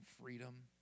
freedom